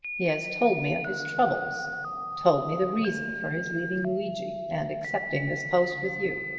he has told me of his troubles told me the reason for his leaving luigi and accepting this post with you.